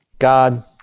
God